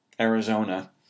Arizona